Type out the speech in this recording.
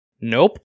Nope